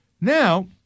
Now